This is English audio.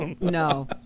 No